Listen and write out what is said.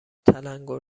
تلنگور